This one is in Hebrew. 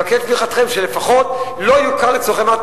אבקש את תמיכתכם שלפחות לא יוכר לצורכי מס.